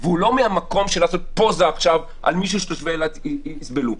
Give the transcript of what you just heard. -- והוא לא מהמקום לעשות פוזה עכשיו על מישהו ושתושבי אילת יסבלו,